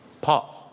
pause